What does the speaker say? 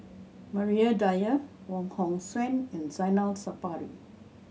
Maria Dyer Wong Hong Suen and Zainal Sapari